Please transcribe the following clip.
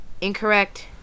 Incorrect